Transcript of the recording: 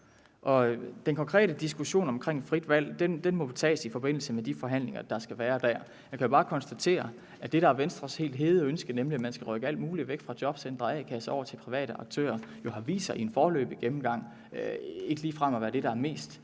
Den konkrete diskussion om frit valg må tages i forbindelse med de forhandlinger, der skal være der. Jeg kan bare konstatere, at det, der er Venstres hede ønske, nemlig at man skal rykke alt muligt væk fra jobcentre og a-kasser og lægge det over til private aktører, jo i en foreløbig gennemgang har vist sig ikke ligefrem at være det, der er mest